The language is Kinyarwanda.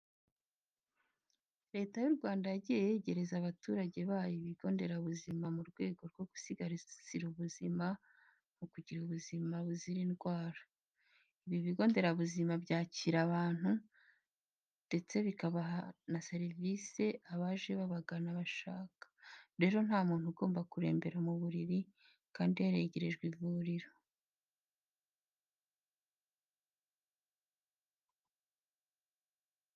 Leta y'u Rwanda yagiye yegereza abaturage bayo ibigo nderabuzima mu rwego rwo gusigasira ubuzima no kugira ubuzima buzira indwara. Ibi bigo nderabuzima byakira abantu, ndetse bikabaha na serivise abaje babagana bashaka. Rero, nta muntu ugomba kurembera mu buriri kandi yaregerejwe ivuriro.